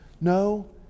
No